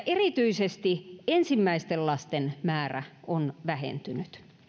erityisesti ensimmäisten lasten määrä on vähentynyt